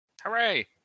Hooray